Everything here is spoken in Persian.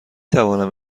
توانم